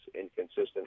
inconsistent